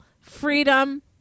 freedom